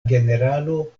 generalo